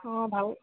অঁ বাৰু